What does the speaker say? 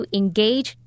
engage 。